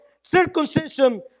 circumcision